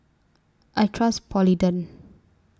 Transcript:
I Trust Polident